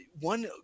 One